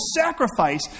sacrifice